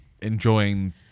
enjoying